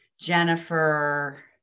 Jennifer